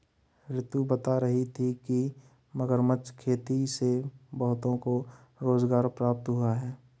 रितु बता रही थी कि मगरमच्छ खेती से बहुतों को रोजगार प्राप्त हुआ है